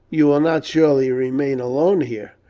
yoo will not surely remain alone here?